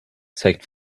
said